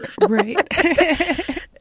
Right